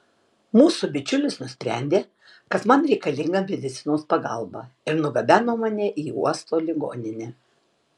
mūsų bičiulis nusprendė kad man reikalinga medicinos pagalba ir nugabeno mane į uosto ligoninę